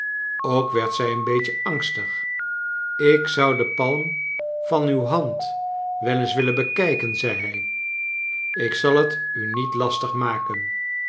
ook werd zij een beetje angstig ik zou de palm van uw hand wel eens willen bekijken zei hij ik zal het u niet lastig maken